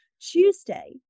Tuesday